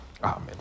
Amen